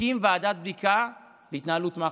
הקים ועדת בדיקה ממשלתית להתנהלות מח"ש,